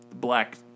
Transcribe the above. black